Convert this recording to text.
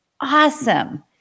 awesome